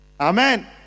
Amen